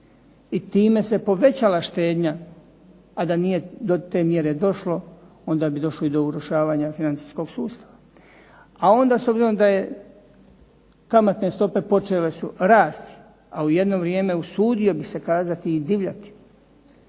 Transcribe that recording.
i time se povećala štednja a da nije do te mjere došlo onda bi došlo i do urušavanja financijskog sustava. A onda s obzirom da je kamatne stope počele su rasti, a u jedno vrijeme usudio bih se kazati i divljati,